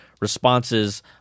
responses